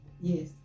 Yes